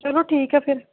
ਚਲੋ ਠੀਕ ਹੈ ਫਿਰ